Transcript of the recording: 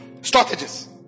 Strategies